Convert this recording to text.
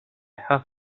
have